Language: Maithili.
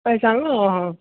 पहचानलहुँ अहाँ